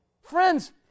Friends